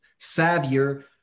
savvier